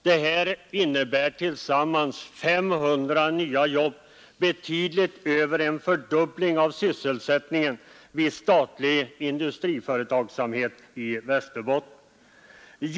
Detta innebär sammanräknat 500 nya jobb, dvs. betydligt mer än en fördubbling av sysselsättningen vid de av statlig företagsamhet drivna industrierna i Västerbotten.